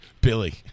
Billy